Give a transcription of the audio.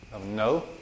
No